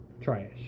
Trash